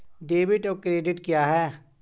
Debit और credit क्या है?